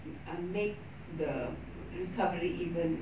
um make the recovery even